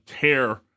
tear